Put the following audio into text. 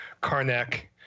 Karnak